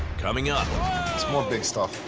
coming up. whoa! it's more big stuff.